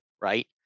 right